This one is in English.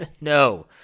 No